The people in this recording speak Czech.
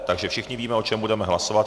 Takže všichni víme, o čem budeme hlasovat.